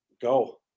Go